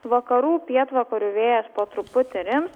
vakarų pietvakarių vėjas po truputį rims